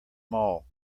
mall